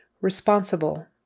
Responsible